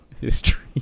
history